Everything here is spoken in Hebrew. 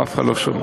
אף אחד לא שומע,